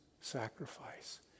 sacrifice